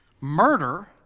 murder